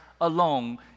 alone